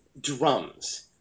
drums